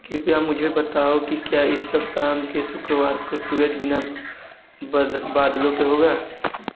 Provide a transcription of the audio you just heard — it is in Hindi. कृपया मुझे बताओ कि क्या इस सप्ताह के शुक्रवार को सूरज बिना बाद बादलों के होगा